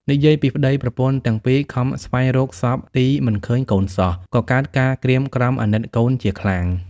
និយាយពីប្ដីប្រពន្ធទាំងពីរខំស្វែងរកសព្វទីមិនឃើញកូនសោះក៏កើតការក្រៀមក្រំអាណិតកូនជាខ្លាំង។